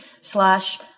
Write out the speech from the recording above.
slash